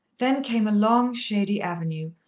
then came a long, shady avenue,